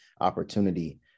opportunity